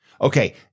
Okay